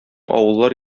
авыллар